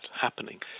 happening